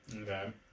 Okay